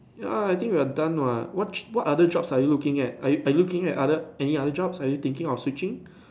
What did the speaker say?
ya I think we're done what what what other jobs are you looking at are you are you looking at any other jobs are you thinking of switching